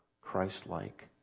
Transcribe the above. Christ-like